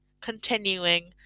continuing